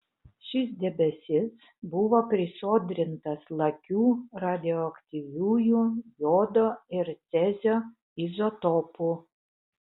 šis debesis buvo prisodrintas lakių radioaktyviųjų jodo ir cezio izotopų